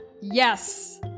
Yes